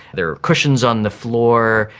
there are cushions on the floor,